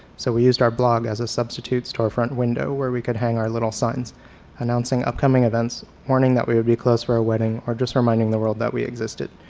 so we used our blog as a substitutes to our front window where we could hang our little signs announcing upcoming events, warning that we would be closed for a wedding, or just reminding the world that we existed.